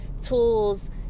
tools